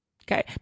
Okay